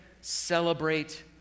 celebrate